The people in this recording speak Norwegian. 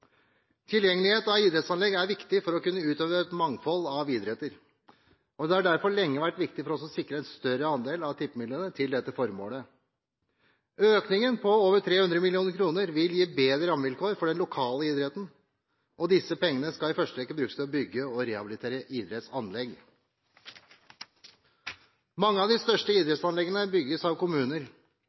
Tilgjengelighet av idrettsanlegg er viktig for å kunne utøve et mangfold av idretter, og det har derfor lenge vært viktig for oss å sikre en større andel av tippemidlene til dette formålet. Økningen på over 300 mill. kr vil gi bedre rammevilkår for den lokale idretten, og disse pengene skal i første rekke brukes til å bygge og rehabilitere idrettsanlegg. Mange av de større idrettsanleggene bygges av kommuner.